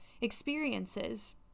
experiences